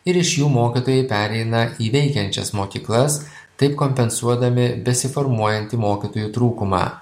ir iš jų mokytojai pereina į veikiančias mokyklas taip kompensuodami besiformuojantį mokytojų trūkumą